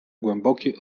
głęboki